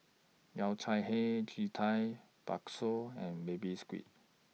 Yao Cai Hei Ji Tang Bakso and Baby Squid